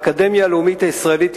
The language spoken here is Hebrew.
האקדמיה הלאומית הישראלית,